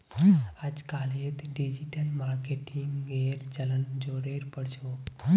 अजकालित डिजिटल मार्केटिंगेर चलन ज़ोरेर पर छोक